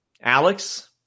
Alex